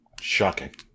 shocking